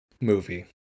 movie